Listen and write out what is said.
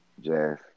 Jazz